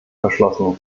verschlossenen